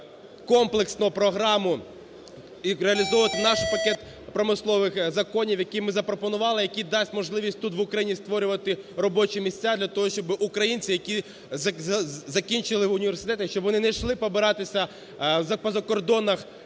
реалізовувати комплексно програму і реалізовувати наш пакет промислових законів, який ми запропонували, який дасть можливість тут в Україні створювати робочі місця для того, щоб українці, які закінчили університети, щоб вони не йшлипобиратися по закордонах,